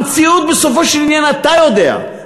המציאות, בסופו של עניין, אתה יודע,